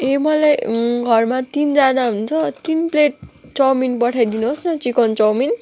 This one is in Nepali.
ए मलाई घरमा तिनजना हुन्छ तिन प्लेट चाउमिन पठाइदिनुहोस् न चिकन चाउमिन